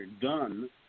done